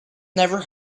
never